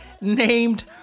named